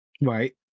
Right